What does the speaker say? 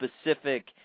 specific